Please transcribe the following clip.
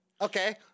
Okay